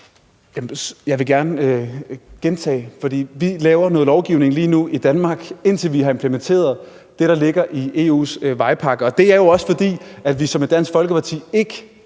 Jeg vil gerne gentage, for vi laver noget lovgivning i Danmark lige nu, indtil vi har implementeret det, der ligger i EU's vejpakke. Det er jo også, fordi vi med Dansk Folkeparti ikke